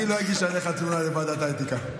אני לא אגיש עליך תלונה לוועדת האתיקה.